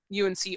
UNC